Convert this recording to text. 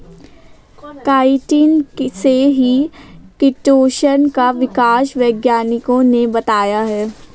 chitin से ही chitosan का विकास वैज्ञानिकों ने बताया है